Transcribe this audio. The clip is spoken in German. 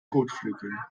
kotflügeln